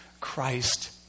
Christ